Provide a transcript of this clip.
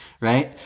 right